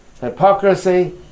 hypocrisy